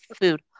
food